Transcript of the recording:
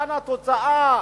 במבחן התוצאה